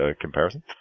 comparison